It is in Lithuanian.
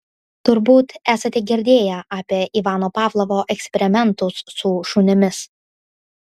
turbūt esate girdėję apie ivano pavlovo eksperimentus su šunimis